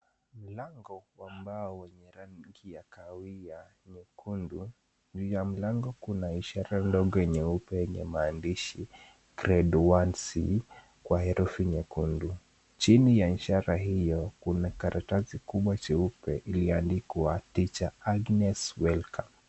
Mlango wa mbao wenye rangi ya kahawia nyekundu, juu ya mlango kuna ishara ndogo nyeupe yenye maandishi Grade 1C kwa herufi nyekundu. Chini ya ishara hiyo kuna karatasi kubwa cheupe kilichoandikwa Tr Agnes welcome .